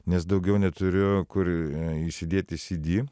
nes daugiau neturiu kur įsidėti cd